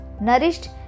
nourished